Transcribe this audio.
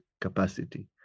capacity